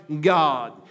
God